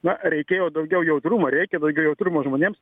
na reikėjo daugiau jautrumo reikia daugiau jautrumo žmonėms